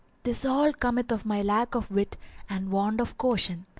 this all cometh of my lack of wit and want of caution.